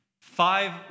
Five